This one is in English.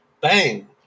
bang